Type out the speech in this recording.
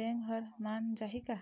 Bank हर मान जाही का?